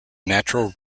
natural